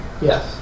Yes